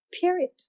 period